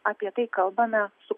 apie tai kalbame su